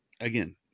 again